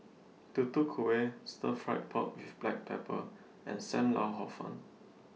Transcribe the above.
Tutu Kueh Stir Fried Pork with Black Pepper and SAM Lau Hor Fun